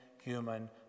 human